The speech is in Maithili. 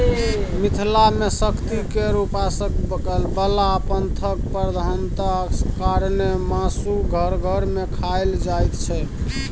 मिथिला मे शक्ति केर उपासक बला पंथक प्रधानता कारणेँ मासु घर घर मे खाएल जाइत छै